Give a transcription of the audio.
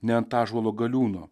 ne ant ąžuolo galiūno